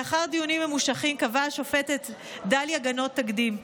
לאחר דיונים ממושכים קבעה השופטת דליה גנות תקדים: